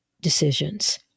decisions